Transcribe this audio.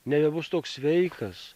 nebebus toks sveikas